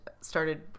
started